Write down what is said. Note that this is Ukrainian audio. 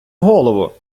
голово